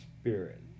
spirit